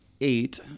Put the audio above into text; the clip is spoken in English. eight